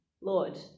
Lord